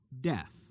death